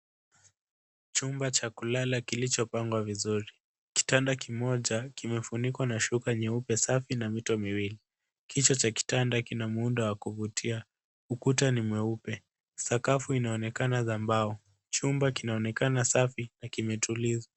Chumba cha kulala kilichopangwa vizuri. Kitanda kimoja kimefunikwa na shuka nyeupe safi na mito miwili. Kichwa cha kitanda kina muundo wa kuvutia. Ukuta ni mweupe. Sakafu inaonekana za mbao. Chumba kinaonekana safi na kimetulizwa.